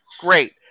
Great